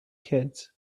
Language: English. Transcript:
kids